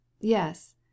Yes